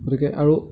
গতিকে আৰু